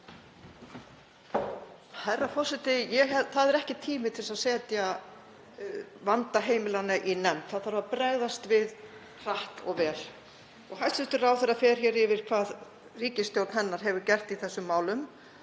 Það er ekki tími til þess að setja vanda heimilanna í nefnd. Þar þarf að bregðast við hratt og vel. Hæstv. ráðherra fór hér yfir hvað ríkisstjórn hennar hefur gert í þeim málum